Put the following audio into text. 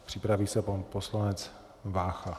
Připraví se pan poslanec Vácha.